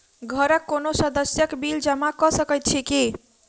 घरक कोनो सदस्यक बिल जमा कऽ सकैत छी की?